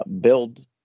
build